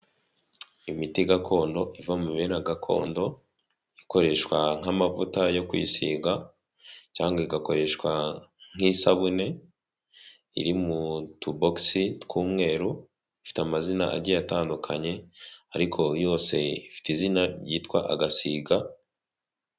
Imiti gakondo iva mu biti gakondo, ikoreshwa nk'amavuta yo kwisiga cyangwa igakoreshwa nk'isabune, iri mu tubogisi tw'umweru, ifite amazina agiye atandukanye, ariko yose ifite izina yitwa agasiga.